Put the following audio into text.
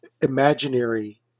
imaginary